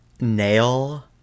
nail